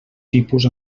tipus